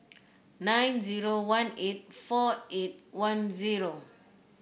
nine zero one eight four eight one zero